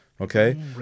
okay